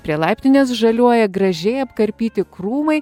prie laiptinės žaliuoja gražiai apkarpyti krūmai